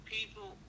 People